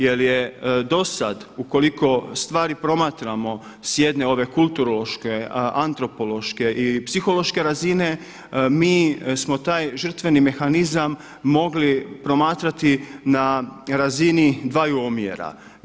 Jer je do sad ukoliko stvari promatramo sa jedne ove kulturološke, antropološke i psihološke razine mi smo taj žrtveni mehanizam mogli promatrati na razini dvaju omjera.